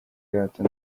y’agahato